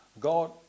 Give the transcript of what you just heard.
god